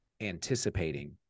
anticipating